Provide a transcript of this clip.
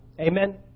Amen